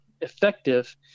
effective